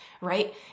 right